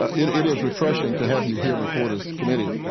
ah it it is refreshing to have you here before this committee.